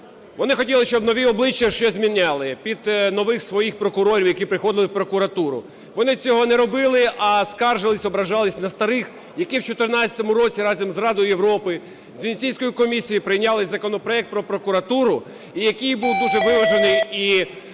Вони хотіли, щоб нові обличчя щось міняли під нових своїх прокурорів, які приходили в прокуратуру. Вони цього не робили, а скаржилися, ображались на старих, які в 14-му році разом з Радою Європи, з Венеційською комісією прийняли законопроект про прокуратуру, який був дуже виважений і